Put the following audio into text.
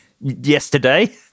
yesterday